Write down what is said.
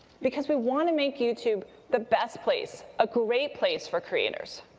because we want to make youtube the best place a great place for creators.